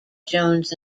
jones